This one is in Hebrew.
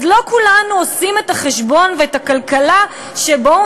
אז לא כולנו עושים את החשבון ואת הכלכלה של בואו